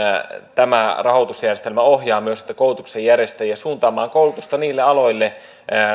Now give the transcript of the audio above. tämä rahoitusjärjestelmä ohjaa myös niitä koulutuksen järjestäjiä suuntaamaan koulutusta niille aloille